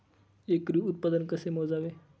एकरी उत्पादन कसे मोजावे?